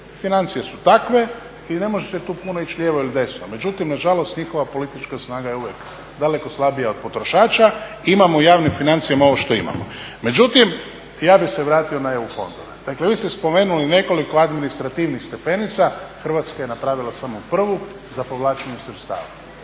Financije su takve i ne može se tu puno ići lijevo ili desno. Međutim, nažalost njihova politička snaga je uvijek daleko slabija od potrošača, imamo u javnim financijama ovo što imamo. Međutim, ja bih se vratio na EU fondove. Dakle, vi ste spomenuli nekoliko administrativnih stepenica, Hrvatska je napravila samo prvu za povlačenje sredstava.